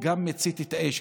גם הוא מצית את האש,